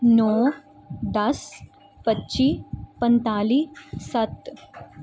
ਨੌਂ ਦਸ ਪੱਚੀ ਪੰਤਾਲੀ ਸੱਤ